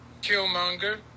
Killmonger